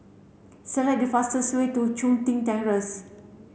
select the fastest way to Chun Tin Terrace